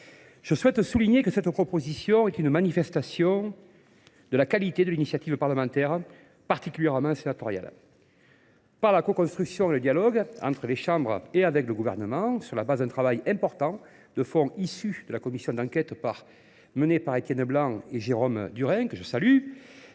Je souhaite souligner que cette proposition est une manifestation de la qualité de l'initiative parlementaire particulièrement sénatoriale. Par la co-construction et le dialogue entre les chambres et avec le gouvernement, sur la base d'un travail important de fonds issus de la commission d'enquête menée par Étienne Blanc et Jérôme Durin, que je salue,